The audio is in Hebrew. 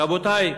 רבותי,